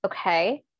okay